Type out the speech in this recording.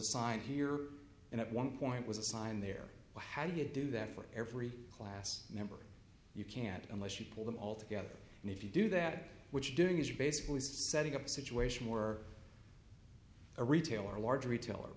assigned here and at one point was assigned there how do you do that for every class member you can't unless you pull them all together and if you do that which doing is you're basically setting up a situation we're a retailer a large retailer